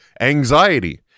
anxiety